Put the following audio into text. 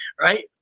right